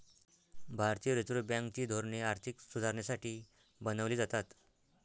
भारतीय Reserve Bank ची धोरणे आर्थिक सुधारणेसाठी बनवली जातात